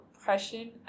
oppression